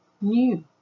new